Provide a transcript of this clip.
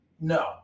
No